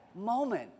moment